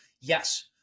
Yes